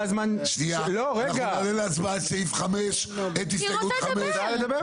אנחנו נעלה להצבעה את הסתייגות 5. היא רוצה לדבר.